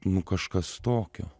nu kažkas tokio